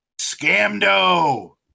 Scamdo